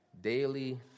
Daily